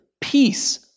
peace